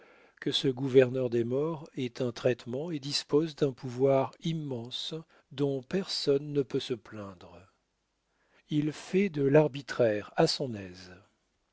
que ce gouverneur des morts ait un traitement et dispose d'un pouvoir immense dont personne ne peut se plaindre il fait de l'arbitraire à son aise